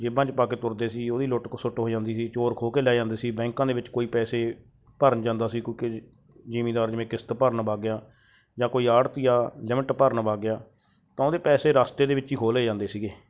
ਜੇਬਾਂ 'ਚ ਪਾ ਕੇ ਤੁਰਦੇ ਸੀ ਉਹਦੀ ਲੁੱਟ ਕਸੁੱਟ ਹੋ ਜਾਂਦੀ ਸੀ ਚੋਰ ਖੋਹ ਕੇ ਲੈ ਜਾਂਦੇ ਸੀ ਬੈਂਕਾਂ ਦੇ ਵਿੱਚ ਕੋਈ ਪੈਸੇ ਭਰਨ ਜਾਂਦਾ ਸੀ ਕਿਉਂਕਿ ਜ਼ਿੰਮੀਦਾਰ ਜਿਵੇਂ ਕਿਸ਼ਤ ਭਰਨ ਵੱਗ ਗਿਆ ਜਾਂ ਕੋਈ ਆੜਤੀਆ ਲਿਮਟ ਭਰਨ ਵੱਗ ਗਿਆ ਤਾਂ ਉਹਦੇ ਪੈਸੇ ਰਸਤੇ ਦੇ ਵਿੱਚ ਹੀ ਖੋਹ ਲਏ ਜਾਂਦੇ ਸੀਗੇ